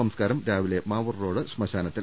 സംസ്കാരം രാവിലെ മാവൂർറോഡ് ശ്മശാനത്തിൽ